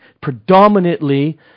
predominantly